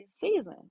season